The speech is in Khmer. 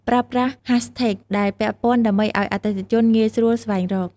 ប្រើប្រាស់ ហាសថេក ដែលពាក់ព័ន្ធ ដើម្បីឱ្យអតិថិជនងាយស្រួលស្វែងរក។